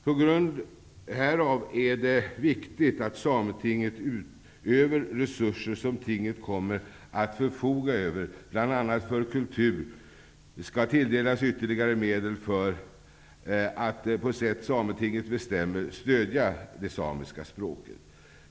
På grund härav är det viktigt att Sametinget utöver resurser som tinget kommer att förfoga över, bl.a. när det gäller kultur, tilldelas ytterligare medel för att på sätt som Sametinget bestämmer stödja det samiska språket.